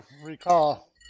recall